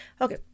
okay